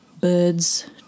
birds